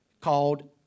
Called